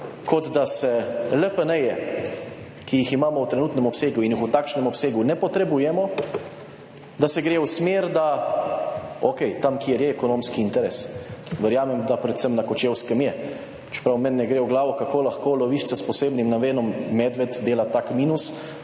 kot da se LPN, ki jih imamo v trenutnem obsegu in jih v takšnem obsegu ne potrebujemo, da se gre v smer, da OK, tam, kjer je ekonomski interes, verjamem, da predvsem na Kočevskem je, čeprav meni ne gre v glavo, kako lahko lovišče s posebnim namenom medved dela tak minus,